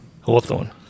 Hawthorne